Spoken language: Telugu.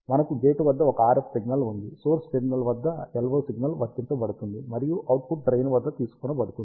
మనకు గేట్ వద్ద ఒక RF సిగ్నల్ ఉంది సోర్స్ టెర్మినల్ వద్ద LO సిగ్నల్ వర్తించబడుతుంది మరియు అవుట్పుట్ డ్రెయిన్ వద్ద తీసుకోబడుతుంది